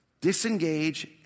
disengage